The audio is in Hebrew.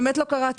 באמת לא קראתי,